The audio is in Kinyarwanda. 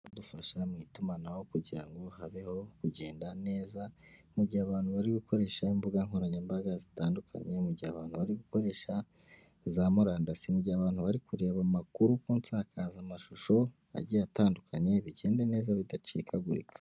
Kudufasha mu itumanaho kugira ngo habeho kugenda neza mu gihe abantu bari gukoresha imbuga nkoranyambaga zitandukanye mu gihe abantu bari gukoresha za murandasi mu gihe abantu bari kureba amakuru ko nsakaza amashusho agiye atandukanye bigendade neza bidacikagurika.